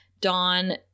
Dawn